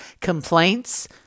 complaints